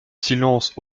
silence